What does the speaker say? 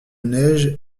neige